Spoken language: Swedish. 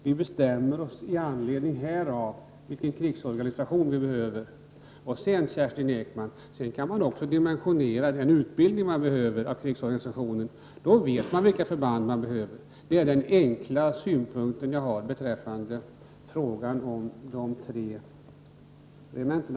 Vi bestämmer i anledning härav vilken krigsorganisation Sverige behöver. Sedan, Kerstin Ekman, kan man dimensionera den utbildning man behöver av krigsorganisationen. Då vet man vilka förband som behövs för det. Detta är den enkla synpunkt jag har i frågan om de tre regementena.